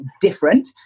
different